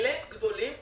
כאלה גדולים,